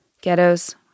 Ghettos